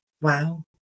Wow